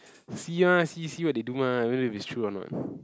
see ah see see what they do mah whether if it's true or not